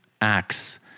acts